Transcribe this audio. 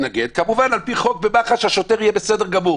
מתנגד כמובן על פי חוק במח"ש השוטר יהיה בסדר גמור